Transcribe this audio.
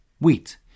wheat